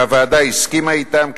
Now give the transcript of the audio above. והוועדה הסכימה אתם,